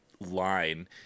line